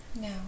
No